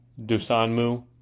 Dusanmu